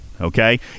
Okay